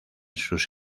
sus